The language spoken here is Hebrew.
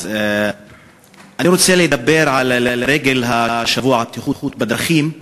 אני רוצה לדבר, לרגל שבוע הבטיחות בדרכים,